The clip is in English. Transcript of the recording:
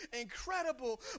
incredible